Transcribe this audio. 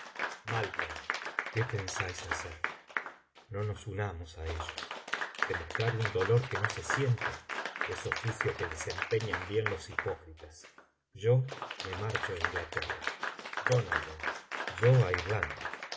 donalbain qué pensáis hacer no nos unamos á ellos demostrar un dolor que no se siente es oficio que desempeñan bien los hipócritas yo me marcho á inglaterra yo á irlanda